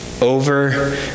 over